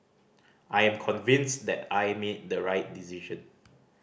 I am convinced that I made the right decision